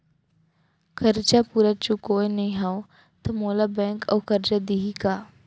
करजा पूरा चुकोय नई हव त मोला बैंक अऊ करजा दिही का?